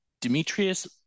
demetrius